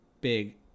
big